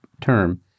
term